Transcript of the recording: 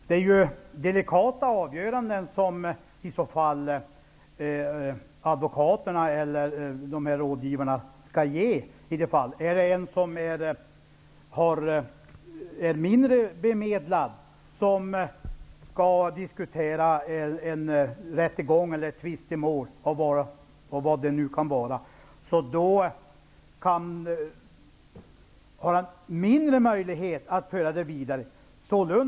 Herr talman! Det är delikata avgöranden som advokaterna och rådgivarna skall göra i dessa fall. En mindre bemedlad person som skall diskutera en rättegång eller ett tvistemål har mindre möjlighet att föra ärendet vidare.